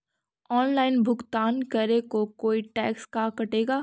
Online भुगतान करे को कोई टैक्स का कटेगा?